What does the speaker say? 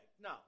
No